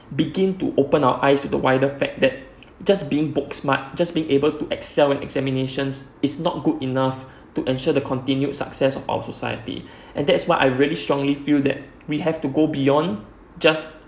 begin to open our eyes to the wider fact that just being book smart just being to excel in examinations it's not good enough to ensure the continue success of our society and that's why I really strongly feel that we have to go beyond just